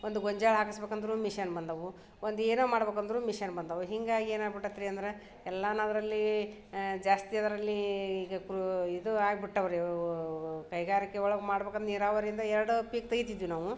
ಒಂದು ಗೊಂಜಾಳ್ ಹಾಕಿಸ್ಬೇಕಂದ್ರೂ ಮಿಷನ್ ಬಂದವು ಒಂದು ಏನು ಮಾಡ್ಬೇಕು ಅಂದರೂ ಮಿಷನ್ ಬಂದವು ಹಿಂಗಾಗಿ ಏನು ಆಗ್ಬಿಟ್ಟೈತೆ ರೀ ಅಂದ್ರೆ ಎಲ್ಲನೂ ಅದರಲ್ಲಿ ಜಾಸ್ತಿ ಅದರಲ್ಲಿ ಈಗ ಕ್ರೂ ಇದು ಆಗ್ಬಿಟ್ಟಿವೆ ರೀ ಕೈಗಾರಿಕೆ ಒಳ್ಗೆ ಮಾಡ್ಬೇಕಂದ್ರು ನೀರಾವರಿಯಿಂದ ಎರ್ಡು ಪೀಕ್ ತೆಗಿತಿದ್ವಿ ನಾವು